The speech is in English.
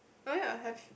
oh ya have